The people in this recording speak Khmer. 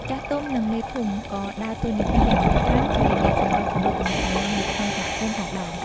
ចាស់ទុំ និងមេភូមិក៏ដើរតួនាទីយ៉ាងសំខាន់ជាអ្នកសម្របសម្រួលទំនាក់ទំនងនៅក្នុងសហគមន៍ផងដែរ។